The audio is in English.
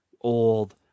old